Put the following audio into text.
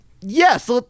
Yes